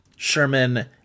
Sherman